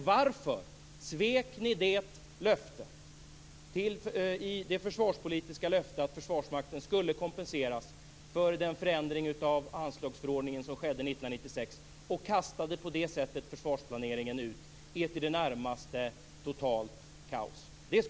Varför svek ni det försvarspolitiska löftet att Försvarsmakten skulle kompenseras för den förändring av anslagsförordningen som skedde 1996? På det sättet kastades försvarsplaneringen ut i ett i det närmaste totalt kaos.